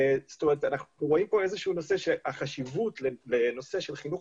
זאת אומרת אנחנו רואים פה נושא שהחשיבות לנושא של חינוך